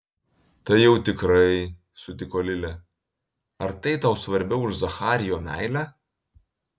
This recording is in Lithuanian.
tai jau tikrai sutiko lilė ar tai tau svarbiau už zacharijo meilę